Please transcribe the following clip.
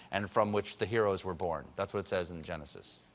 and from which the heroes were born. that's what it says in genesis.